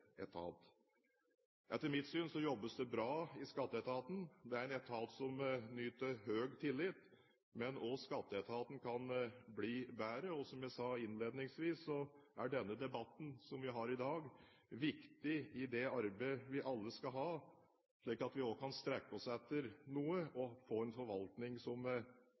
etat. Etter mitt syn jobbes det bra i skatteetaten. Det er en etat som nyter høy tillit. Men også skatteetaten kan bli bedre. Som jeg sa innledningsvis, er den debatten som vi har i dag, viktig i det arbeidet vi alle skal ha, slik at vi også kan strekke oss etter noe og få en forvaltning som